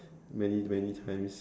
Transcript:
many many times